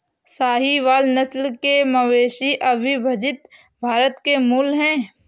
साहीवाल नस्ल के मवेशी अविभजित भारत के मूल हैं